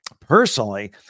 Personally